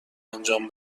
انجام